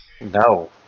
No